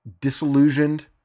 disillusioned